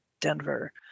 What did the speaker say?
Denver